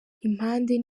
impande